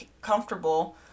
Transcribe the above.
comfortable